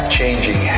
changing